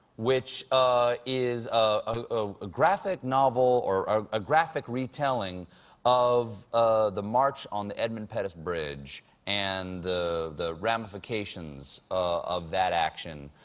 which ah is ah a graphic novel or or a graphic retelling of ah the march on the edmund pettis privilege, and the the ramifications of that action.